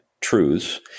truths